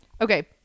Okay